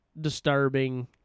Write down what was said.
disturbing